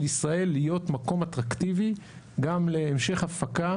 ישראל להיות מקום אטרקטיבי גם להמשך הפקה,